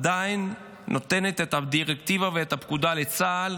עדיין נותנת את הדירקטיבה ואת הפקודה לצה"ל